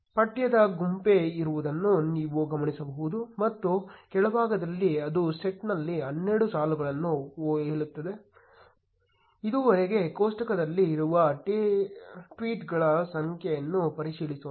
ಪಠ್ಯದ ಗುಂಪೇ ಇರುವುದನ್ನು ನೀವು ಗಮನಿಸಬಹುದು ಮತ್ತು ಕೆಳಭಾಗದಲ್ಲಿ ಅದು ಸೆಟ್ನಲ್ಲಿ 12 ಸಾಲುಗಳನ್ನು ಹೇಳುತ್ತದೆ ಇದುವರೆಗೆ ಕೋಷ್ಟಕದಲ್ಲಿ ಇರುವ ಟ್ವೀಟ್ಗಳ ಸಂಖ್ಯೆಯನ್ನು ಪರಿಶೀಲಿಸೋಣ